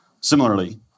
Similarly